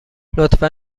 لطفا